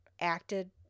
acted